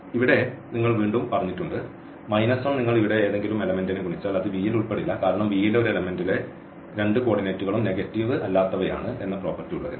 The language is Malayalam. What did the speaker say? ഇവിടെ നിങ്ങൾ വീണ്ടും പറഞ്ഞിട്ടുണ്ട് 1 നിങ്ങൾ ഇവിടെ ഏതെങ്കിലും എലെമെന്റ്നെ ഗുണിച്ചാൽ അത് V യിൽ ഉൾപ്പെടില്ല കാരണം V യിലെ ഒരു എലമെന്റ് ലേ രണ്ട് കോഡിനേറ്റകളും നെഗറ്റീവ് അല്ലാത്തവയാണ് എന്ന പ്രോപ്പർട്ടി ഉള്ളതിനാൽ